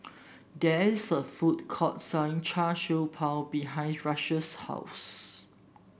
there is a food court selling Char Siew Bao behind Rush's house